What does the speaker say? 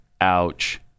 Ouch